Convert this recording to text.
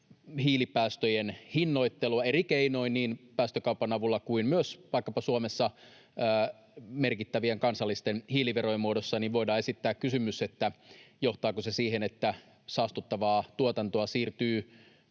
hiilipäästöjen hinnoittelua eri keinoin niin päästökaupan avulla kuin myös vaikkapa Suomessa merkittävien kansallisten hiiliverojen muodossa, niin voidaan esittää kysymys, johtaako se siihen, että saastuttavaa tuotantoa siirtyy